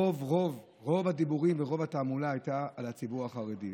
רוב רוב רוב הדיבורים ורוב התעמולה היו על הציבור החרדי.